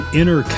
inner